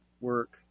work